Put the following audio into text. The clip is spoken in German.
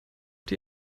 die